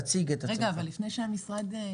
רגע, לפני זה.